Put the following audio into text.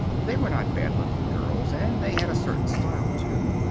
they were not bad-looking girls, and they had a certain style, too.